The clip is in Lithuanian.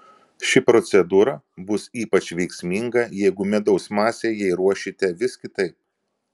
ši procedūra bus ypač veiksminga jeigu medaus masę jai ruošite vis kitaip